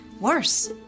Worse